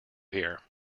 here